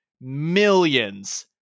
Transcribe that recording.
millions